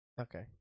Okay